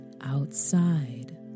outside